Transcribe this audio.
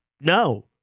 no